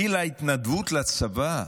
גיל ההתנדבות לצבא,